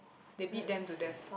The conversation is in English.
they beat them to deaths